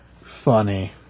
Funny